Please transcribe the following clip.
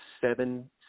seven